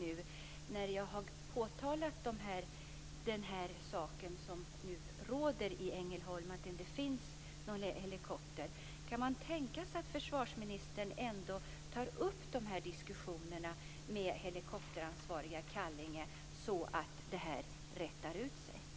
Jag har nu påtalat att det inte finns någon helikopter i Ängelholm. Kan man tänka sig att försvarsministern ändå tar upp de här diskussionerna med de helikopteransvariga i Kallinge, så att det här rättas till?